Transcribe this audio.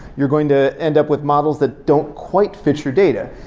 you're going to end up with models that don't quite fit your data.